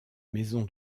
maison